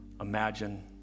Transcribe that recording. imagine